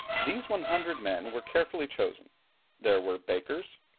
these one hundred men were carefully chosen there were bakers,